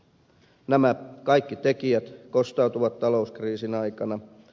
nämä kaikki tekijät kostautuvat talouskriisin aikana